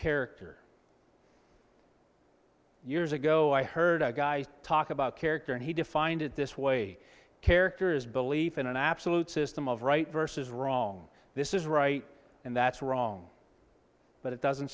character years ago i heard a guy talk about character and he defined it this way characters believe in an absolute system of right versus wrong this is right and that's wrong but it doesn't